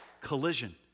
collision